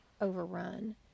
overrun